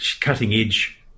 cutting-edge